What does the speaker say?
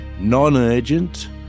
non-urgent